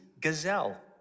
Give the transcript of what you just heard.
gazelle